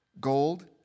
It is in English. Gold